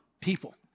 people